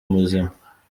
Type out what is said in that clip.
muzima